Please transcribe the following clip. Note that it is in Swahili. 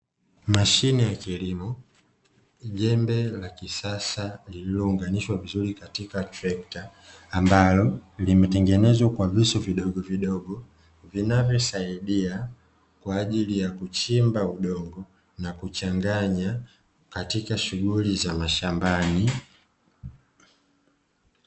Mashine ya kilimo, jembe la kisasa lililounganishwa vizuri katika trekta, ambalo limetengenezwa kwa visu vidogvidogo vinavyosaidia kwa ajili ya kuchimba udongo na kuchanganya, katika shughuli za mashambani.